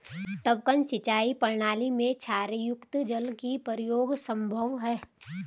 टपकन सिंचाई प्रणाली में क्षारयुक्त जल का प्रयोग संभव है